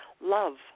love